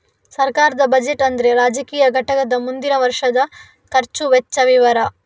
ಸರ್ಕಾರದ ಬಜೆಟ್ ಅಂದ್ರೆ ರಾಜಕೀಯ ಘಟಕದ ಮುಂದಿನ ವರ್ಷದ ಖರ್ಚು ವೆಚ್ಚ ವಿವರ